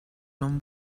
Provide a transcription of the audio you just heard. non